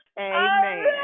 Amen